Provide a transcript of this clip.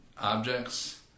objects